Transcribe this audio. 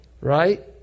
right